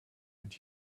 and